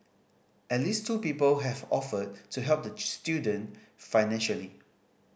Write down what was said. at least two people have offered to help the student financially